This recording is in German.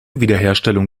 wiederherstellung